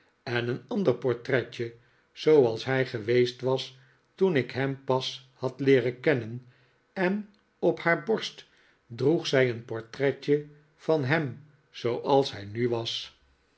en een ander portretje zooals hij geweest was toen ik hem pas had leeren kennen en op haar borst droeg zij een portretje van hem zooals hij nu was